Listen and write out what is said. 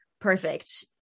perfect